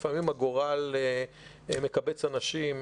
לפעמים הגורל מקבץ אנשים,